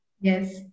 Yes